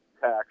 tax